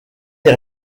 les